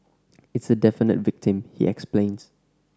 it's a definite victim he explains